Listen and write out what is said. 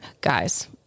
guys